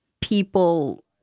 people